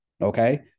Okay